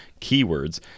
keywords